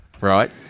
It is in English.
Right